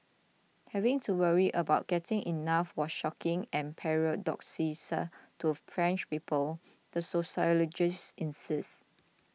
having to worry about getting enough was shocking and paradoxical to French people the sociologist insisted